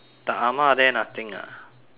the ah ma there nothing ah